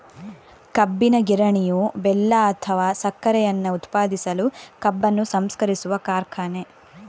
ಕಬ್ಬಿನ ಗಿರಣಿಯು ಬೆಲ್ಲ ಅಥವಾ ಸಕ್ಕರೆಯನ್ನ ಉತ್ಪಾದಿಸಲು ಕಬ್ಬನ್ನು ಸಂಸ್ಕರಿಸುವ ಕಾರ್ಖಾನೆ